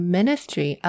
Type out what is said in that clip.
Ministry